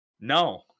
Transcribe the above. No